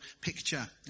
picture